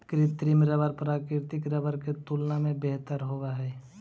कृत्रिम रबर प्राकृतिक रबर के तुलना में बेहतर होवऽ हई